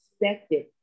expected